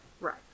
Right